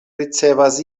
ricevas